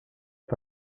but